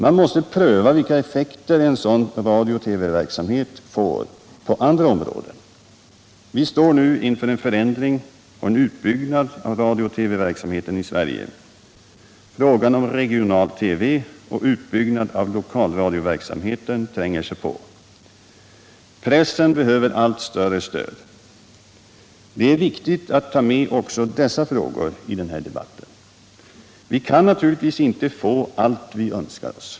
Man måste pröva vilka effekter en sådan radiooch TV-verksamhet får på andra områden. Vi står nu inför en förändring och en utbyggnad av radiooch TV-verksamheten i Sverige. Frågan om regional TV och utbyggnad av lokalradioverksamheten tränger sig på. Pressen behöver allt större stöd. Det är viktigt att ta med också dessa frågor i den här debatten. Vi kan naturligtvis inte få allt vi önskar oss.